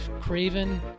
craven